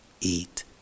eat